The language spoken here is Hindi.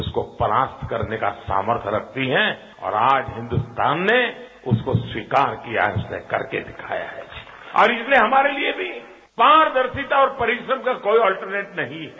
उसको परास्त करने का सामर्थ्य रखती हैं और आज हिन्दुस्तान ने उसको स्वीकार किया है उसने करके दिखाया है आज और इसलिये हमारे लिए भी पारदर्शिता और परिश्रम का कोई अल्टर्नेट नही है